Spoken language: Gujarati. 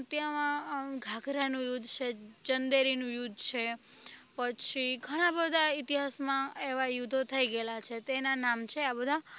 ત્યાં ઘાઘરાનું યુદ્ધ છે ચંદેરીનું યુદ્ધ છે પછી ઘણા બધા ઈતિહાસમાં એવા યુદ્ધો થઈ ગયેલા છે તેના નામ છે આ બધા